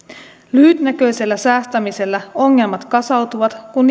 lyhytnäköisellä säästämisellä ongelmat kasautuvat kun